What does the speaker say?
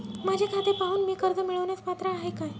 माझे खाते पाहून मी कर्ज मिळवण्यास पात्र आहे काय?